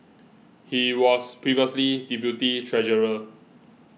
he was previously deputy treasurer